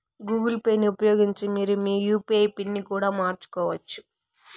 Google పేని ఉపయోగించి మీరు మీ యూ.పీ.ఐ పిన్ ని కూడా మార్చుకోవచ్చు